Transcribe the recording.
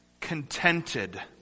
Contented